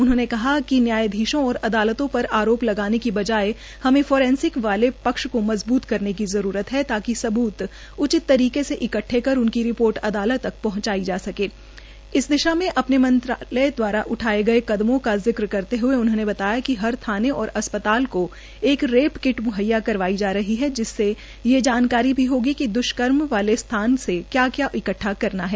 उ ह ने कहा क ज़ज और अदालत पर आरोप लगाने क बजाए हम फ रन सक वाले प को मजबूत करने क ज रत है ता क सबूत उ चत तर के से इकटठे कर उनक रपोट अदालत म पहुंचाई जा सके इस दशा मे अपने मं ालय वारा उठाए गये कदम का जि करते हुए उ ह ने बताया क हर थाने और अ पताल को एक रेप कट मुहैया करवाई जा रह है जिससे यह जानकार भी होगी क जुम वाले थान से या या इ ठा करना है